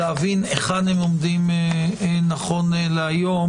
להבין היכן הם עומדים נכון להיום,